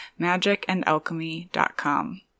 magicandalchemy.com